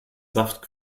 saft